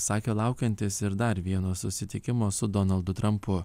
sakė laukiantis ir dar vieno susitikimo su donaldu trampu